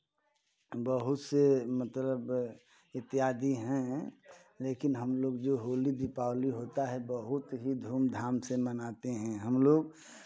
बहुत से मतलब इत्यादि हैं लेकिन हमलोग जो होली दीपावली होता है बहुत ही धूम धाम से मनाते हैं हमलोग